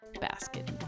basket